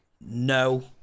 no